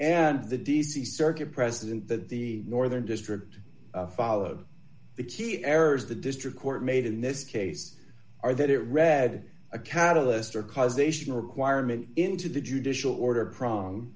and the d c circuit president that the northern district followed the key areas the district court made in this case are that it read a catalyst or causation requirement into the judicial order pro